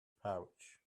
pouch